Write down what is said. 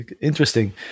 interesting